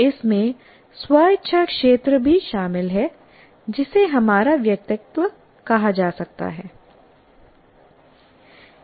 इसमें स्व इच्छा क्षेत्र भी शामिल है जिसे हमारा व्यक्तित्व कहा जा सकता है